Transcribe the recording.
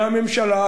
והממשלה,